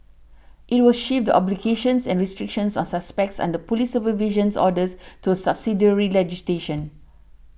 it will shift the obligations and restrictions on suspects under police supervision orders to subsidiary legislation